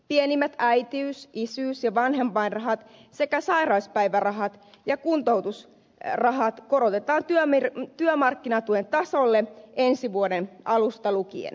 pienimmät äitiys isyys ja vanhempainrahat sekä sairauspäivärahat ja kuntoutusrahat korotetaan työmarkkinatuen tasolle ensi vuoden alusta lukien